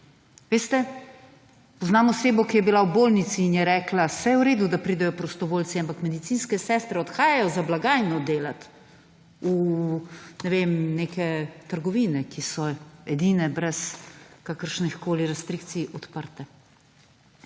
Veste poznam osebo, ki je bila v bolnici in je rekla saj je v redu, da pridejo prostovoljci, ampak medicinske sestre odhajajo za blagajno delati v ne vem neke trgovine, ki so edine brez kakršnikoli restrikcij odprte.